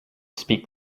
speak